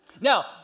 Now